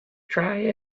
try